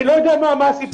לא יודע מה הסיבה.